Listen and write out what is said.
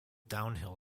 downhill